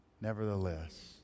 nevertheless